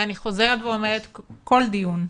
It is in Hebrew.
ואני חוזרת ואומרת כל דיון,